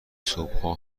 صبحها